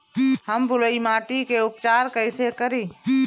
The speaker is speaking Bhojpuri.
हम बलुइ माटी के उपचार कईसे करि?